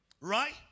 Right